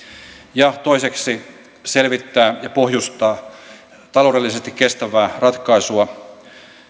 ja toiseksi tulee selvittää ja pohjustaa taloudellisesti kestävää ratkaisua